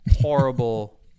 horrible